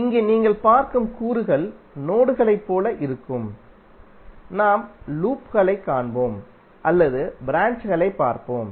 இங்கே நீங்கள் பார்க்கும் கூறுகள் நோடுகளைப் போல இருக்கும் நாம் லூப்களைக் காண்போம் அல்லது ப்ராஞ்ச்களைப் பார்ப்போம்